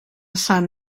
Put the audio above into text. sant